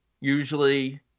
usually